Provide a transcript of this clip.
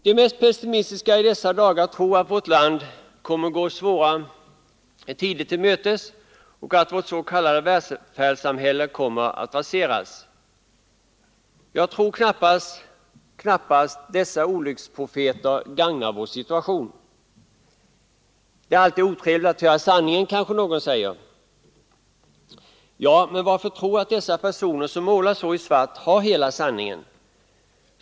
De mest pessimistiska i dessa dagar tror att vårt land kommer att gå svåra tider till mötes och att vårt s.k. välfärdssamhälle kommer att raseras. Jag tror knappast att dessa olycksprofeter gagnar vår situation. Det är alltid otrevligt att höra sanningen, kanske någon säger. Ja, men varför tro att dessa personer som målar så i svart har hela sanningen?